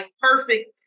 perfect